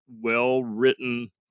well-written